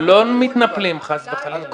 לא מתנפלים, חס וחלילה.